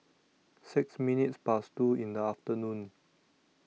six minutes Past two in The afternoon